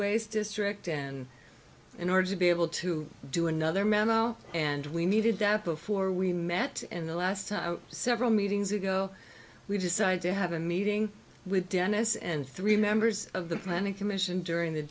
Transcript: waste district and in order to be able to do another memo and we needed that before we met in the last several meetings ago we decided to have a meeting with dennis and three members of the planning commission during the